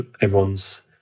everyone's